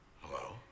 Hello